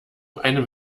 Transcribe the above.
einem